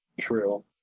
True